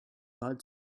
bud